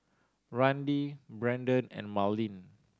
Randi Brendon and Marlyn